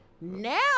Now